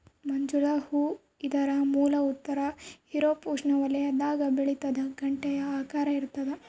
ಮಂಜುಳ ಹೂ ಇದರ ಮೂಲ ಉತ್ತರ ಯೂರೋಪ್ ಉಷ್ಣವಲಯದಾಗ ಬೆಳಿತಾದ ಗಂಟೆಯ ಆಕಾರ ಇರ್ತಾದ